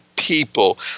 people